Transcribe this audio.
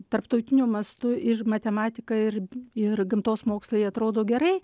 tarptautiniu mastu ir matematika ir ir gamtos mokslai atrodo gerai